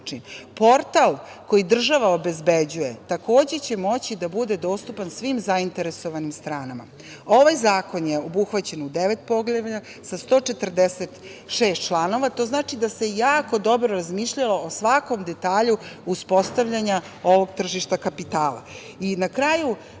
Portal koji država obezbeđuje takođe će moći da bude dostupan svim zainteresovanim stranama. Ovaj zakon je obuhvaćen u devet poglavlja sa 146 članova. To znači da se jako dobro razmišljalo o svakom detalju uspostavljanja ovog tržišta kapitala. Na